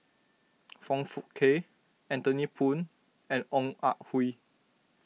Foong Fook Kay Anthony Poon and Ong Ah Hoi